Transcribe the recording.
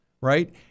right